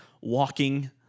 walking